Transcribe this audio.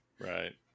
Right